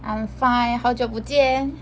I'm fine 好久不见